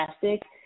fantastic